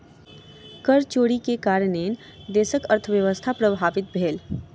कर चोरी के कारणेँ देशक अर्थव्यवस्था प्रभावित भेल